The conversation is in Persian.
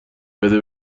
بده